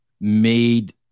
made